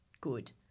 good